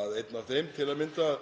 Einn af þeim, til að mynda